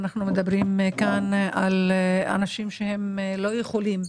אנחנו מדברים כאן על אנשים שלא יכולים,